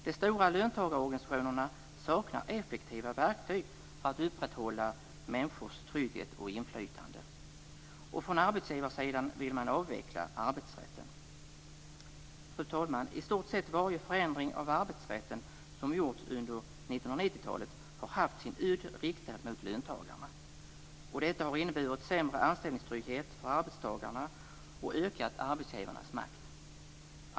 De stora löntagarorganisationerna saknar effektiva verktyg för att upprätthålla människors trygghet och inflytande. Och från arbetsgivarsidan vill man avveckla arbetsrätten. Fru talman! I stort sett varje förändring av arbetsrätten som gjorts under 1990-talet har haft sin udd riktad mot löntagarna. Detta har inneburit sämre anställningstrygghet för arbetstagarna och ökat arbetsgivarnas makt.